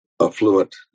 affluent